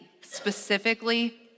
specifically